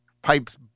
pipes